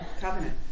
Covenant